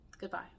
goodbye